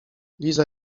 liza